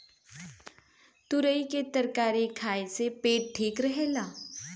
तुरई के तरकारी खाए से पेट ठीक रहेला